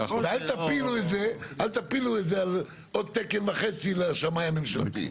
אל תפילו את זה על עוד תקן וחצי לשמאי הממשלתי.